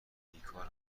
بیکار